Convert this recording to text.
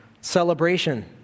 Celebration